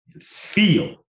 Feel